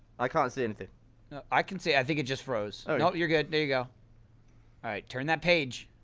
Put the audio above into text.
i can't see anything i can see, i think it just froze nope, you're good, there you go alright, turn that page!